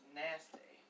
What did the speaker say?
nasty